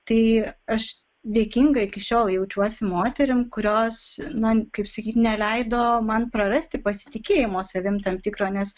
tai aš dėkinga iki šiol jaučiuosi moterim kurios na kaip sakyt neleido man prarasti pasitikėjimo savim tam tikro nes